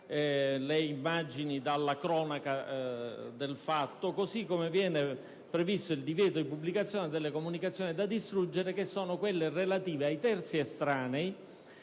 le immagini dalla cronaca del fatto, così come viene previsto il divieto di pubblicazione delle comunicazioni da distruggere, che sono quelle relative ai terzi estranei